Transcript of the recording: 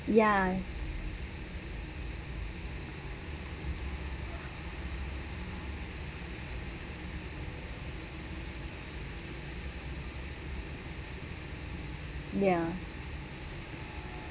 ya ya